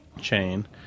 chain